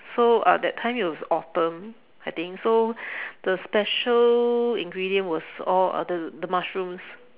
so uh that time it was autumn I think so the special ingredient was all uh the the mushrooms